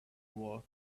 wore